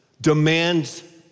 demands